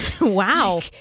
Wow